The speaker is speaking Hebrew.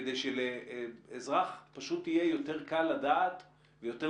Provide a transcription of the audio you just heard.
כדי שלאזרח פשוט יהיה יותר קל לדעת ויותר